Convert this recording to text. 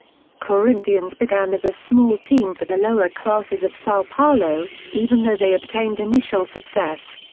corinthians began as a small team for the lower classes of sao paulo, even though they obtained initial success.